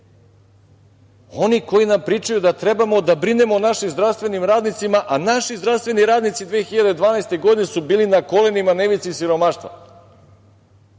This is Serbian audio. Oni koji nam pričaju da trebamo da brinemo o našim zdravstvenim radnicima, a naši zdravstveni radnici 2012. godine su bili na kolenima na ivici siromaštva,